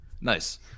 Nice